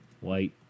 White